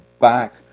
back